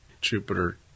Jupiter